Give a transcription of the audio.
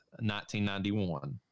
1991